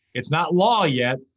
it's not law yet,